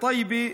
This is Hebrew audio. טייבה,